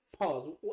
Pause